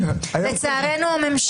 אני לא רוצה לחזור על כל הדברים הטובים